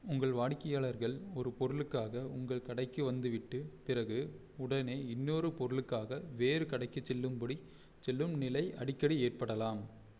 உங்கள் வாடிக்கையாளர்கள் ஒரு பொருளுக்காக உங்கள் கடைக்கு வந்துவிட்டு பிறகு உடனே இன்னொரு பொருளுக்காக வேறு கடைக்கிச் செல்லும் படி செல்லும் நிலை அடிக்கடி ஏற்படலாம்